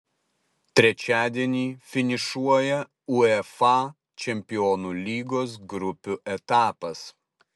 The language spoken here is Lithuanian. trečiadienį finišuoja uefa čempionų lygos grupių etapas